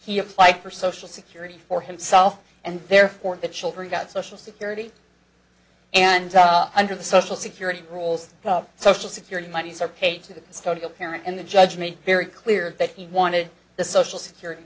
he applied for social security for himself and therefore the children got social security and under the social security rules social security monies are paid to the stoical parent and the judge me very clear that he wanted the social security